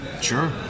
sure